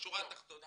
בשורה התחתונה